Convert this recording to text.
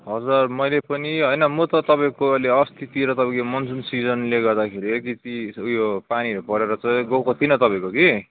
हजुर मैले पनि होइन म त तपाईँको अहिले अस्तितिर तपाईँको यो मनसुन सिजनले गर्दाखेरि यतियति उयो पानीहरू परेर चाहिँ गएको थिइनँ तपाईँको कि